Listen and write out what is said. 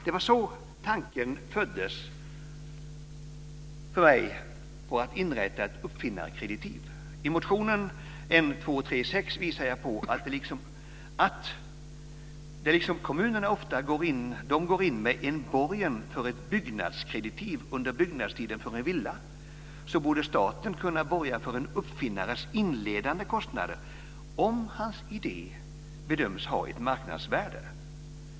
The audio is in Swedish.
Så föddes tanken hos mig på att inrätta ett uppfinnarkreditiv. I motion N236 visar jag på att liksom kommunerna ofta går in med borgen för ett byggnadskreditiv under byggnadstiden för en villa borde staten kunna borga för en uppfinnares inledande kostnader om hans idé bedöms ha ett marknadsvärde.